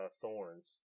Thorns